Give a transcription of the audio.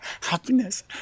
happiness